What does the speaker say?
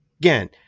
Again